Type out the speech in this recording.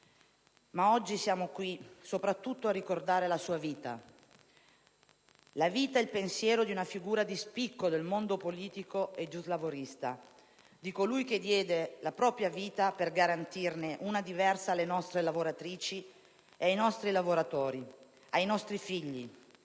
Ma oggi siamo qui soprattutto a ricordare la sua vita, la vita e il pensiero di una figura di spicco del mondo politico e giuslavorista, di colui che diede la propria vita per garantirne una diversa alle nostre lavoratrici e ai nostri lavoratori, ai nostri figli,